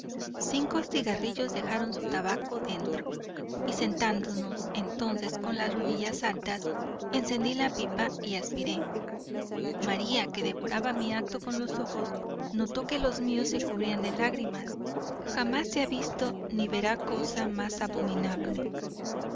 cinco cigarrillos dejaron su tabaco adentro y sentándonos entonces con las rodillas altas encendí la pipa y aspiré maría que devoraba mi acto con los ojos notó que los míos se cubrían de lágrimas jamás se ha visto ni verá cosa más abominable